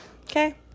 okay